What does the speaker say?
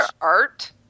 Art